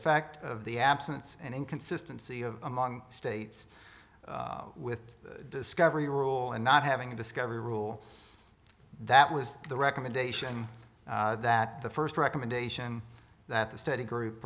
effect of the absence and inconsistency of among states with the discovery rule in not having the discovery rule that was the recommendation that the first recommendation that the study group